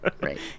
Right